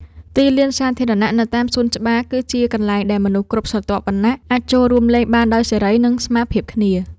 ទីលានសាធារណៈនៅតាមសួនច្បារ គឺជាកន្លែងដែលមនុស្សគ្រប់ស្រទាប់វណ្ណៈអាចចូលរួមលេងបានដោយសេរី និងស្មើភាពគ្នា។